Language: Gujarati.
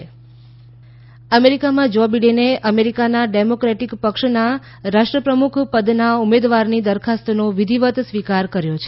યુએસ બિડેન અમેરીકામાં જો બિડેને અમેરીકાનાં ડેમોકેટીક પક્ષનાં રાષ્ટ્રપ્રમુખ પદનાં ઉમેદવારની દરખાસ્તનાં વિધિવત સ્વીકાર કરચો છે